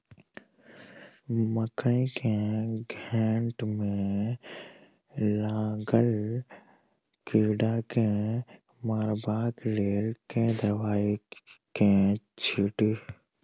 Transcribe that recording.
मकई केँ घेँट मे लागल कीड़ा केँ मारबाक लेल केँ दवाई केँ छीटि?